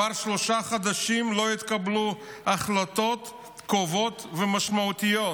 כבר שלושה חודשים לא התקבלו החלטות קובעות ומשמעותיות.